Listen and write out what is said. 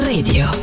Radio